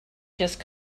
just